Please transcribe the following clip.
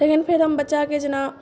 तखन फेर हम बच्चाके जेना